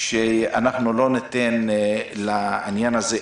שאנחנו לא ניתן לעניין הזה להימשך.